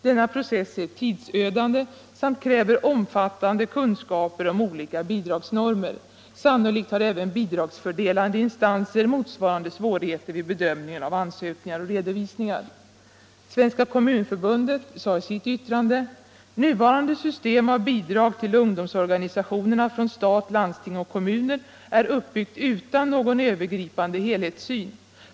Denna process är tidsödande, samt kräver omfattande kunskaper om olika bidragsnormer. Sannolikt har även bidragsfördelande instanser motsvarande svårigheter vid bedömningen av ansökningar och redovisningar.” Svenska kommunförbundet sade i sitt yttrande: "Nuvarande system av bidrag till ungdomsorganisationerna från stat, landsting och kommuner är uppbyggt utan någon övergripande helhetssyn.